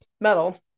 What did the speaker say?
metal